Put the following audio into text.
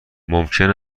ممکن